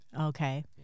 Okay